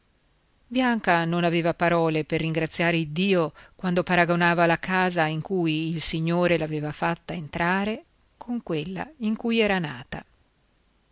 bianca non aveva parole per ringraziare iddio quando paragonava la casa in cui il signore l'aveva fatta entrare con quella in cui era nata